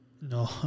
No